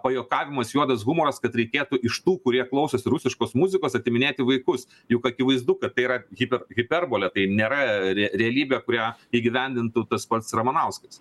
pajuokavimas juodas humoras kad reikėtų iš tų kurie klausosi rusiškos muzikos atiminėti vaikus juk akivaizdu kad tai yra hiper hiperbolė tai nėra re realybė kurią įgyvendintų tas pats ramanauskas